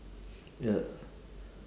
ya